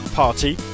party